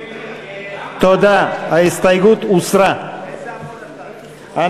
הסתייגות נוספת באותו